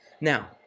Now